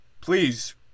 please